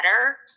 better